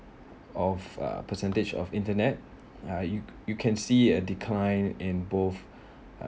of uh percentage of internet uh you you can see at decline in both uh